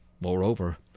Moreover